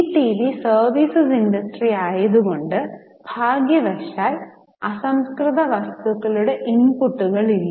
see TV service industry ആയതു കൊണ്ട് ഭാഗ്യവശാൽ അസംസ്കൃത വസ്തുക്കളുടെ ഇൻപുട്ടുകൾ ഇല്ല